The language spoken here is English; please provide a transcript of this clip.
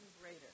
greater